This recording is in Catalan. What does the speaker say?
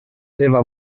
seva